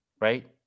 right